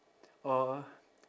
or